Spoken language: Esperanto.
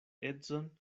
edzon